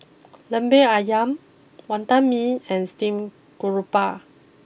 Lemper Ayam Wantan Mee and Steamed Garoupa